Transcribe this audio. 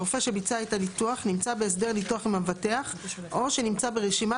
הרופא שביצע את הניתוח נמצא בהסדר ניתוח עם המבטח או שנמצא ברשימת